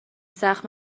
سخت